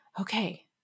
okay